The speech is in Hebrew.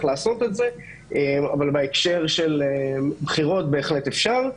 לעשות את זה אבל בהקשר של בחירות בהחלט אפשר.